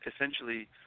essentially